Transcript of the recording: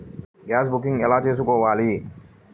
Gas booking ఎలా చేసుకోవాలి?